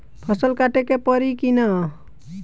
फसल काटे के परी कि न?